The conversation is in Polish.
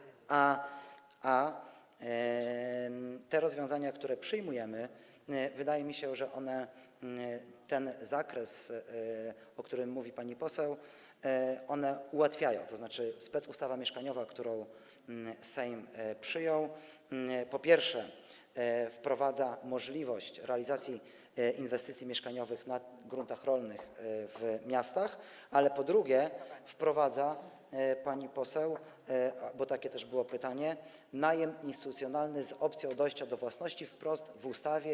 Wydaje mi się, że rozwiązania, które przyjmujemy, ułatwiają kwestie, o których mówi pani poseł, tzn. specustawa mieszkaniowa, którą Sejm przyjął, po pierwsze, wprowadza możliwość realizacji inwestycji mieszkaniowych na gruntach rolnych w miastach, ale, po drugie, wprowadza, pani poseł, bo takie też było pytanie, najem instytucjonalny z opcją dojścia do własności wprost w ustawie.